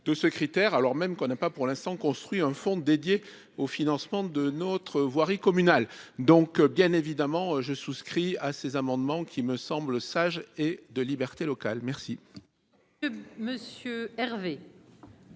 de ce critère, alors même qu'on n'a pas pour l'instant, construit un fonds dédié au financement de notre voirie communale, donc bien évidemment, je souscris à ces amendements qui me semble sage et de libertés locales merci. Monsieur Hervé.